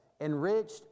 enriched